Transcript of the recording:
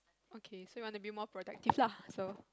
okay so you want to be more protective lah so